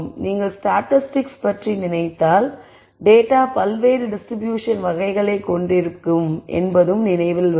நீங்கள் ஸ்டாட்டிஸ்டிக்ஸ் பற்றி நினைத்தால் டேட்டா பல்வேறு டிஸ்ட்ரிபியூஷன் வகைகளை கொண்டிருக்கும் என்பது நினைவில் வரும்